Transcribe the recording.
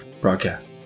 broadcast